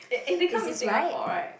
if if they come in Singapore right